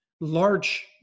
large